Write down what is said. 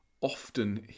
often